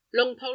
longpole